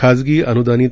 खाजगी अनुदानित